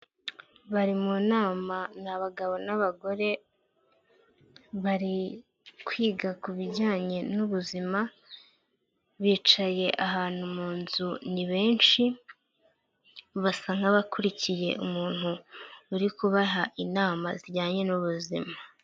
Bari mu nama n'abagabo n'abagore, bari kwiga ku bijyanye n'ubuzima bicaye ahantu mu nzu ni benshi, basa nk'abakurikiye umuntu uri kubaha inama zijyanye n'ubuzima.